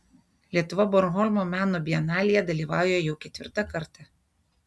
lietuva bornholmo meno bienalėje dalyvauja jau ketvirtą kartą